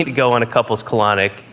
go on a couple's colonic.